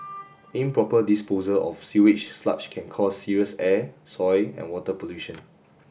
improper disposal of sewage sludge can cause serious air soil and water pollution